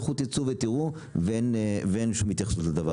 לכו תצאו ותראו, אין שום התייחסות לדבר